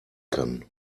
kann